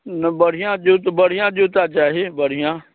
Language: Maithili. नहि बढ़िआँ जूत बढ़िआँ जूता चाही बढ़िआँ